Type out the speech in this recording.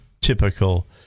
typical